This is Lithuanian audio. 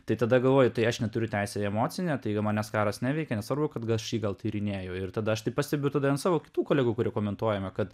tai tada galvoji tai aš neturiu teisės į emocinę tai manęs karas neveikia nesvarbu kad šį gal tyrinėju ir tada aš tai pastebiu tada ant savo kitų kolegų kurie komentuojame kad